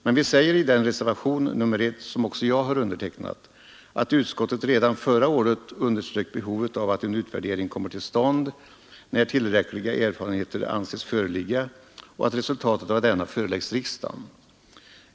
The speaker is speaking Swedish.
Men det framhålls i reservationen 1, där även jag står antecknad, att utskottet redan förra året underströk behovet av att en utvärdering kommer till stånd när tillräckliga erfarenheter anses föreligga och att resultatet av denna föreläggs riksdagen.